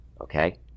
Okay